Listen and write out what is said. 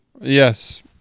Yes